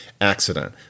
accident